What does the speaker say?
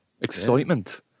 Excitement